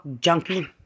junkie